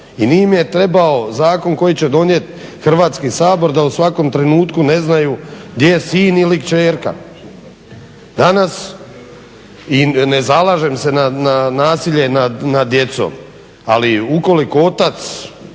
i nije im trebao zakon koji će donijeti Hrvatski sabor da u svakom trenutku ne znaju gdje je sin ili kćerka. Danas, i ne zalažem se na nasilje nad djecom, ali ukoliko otac